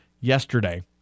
yesterday